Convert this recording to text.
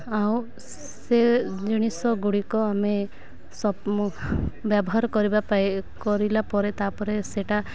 ଆଉ ସେ ଜିନିଷ ଗୁଡ଼ିକ ଆମେ ବ୍ୟବହାର କରିବା କରିଲା ପରେ ତା'ପରେ ସେଟା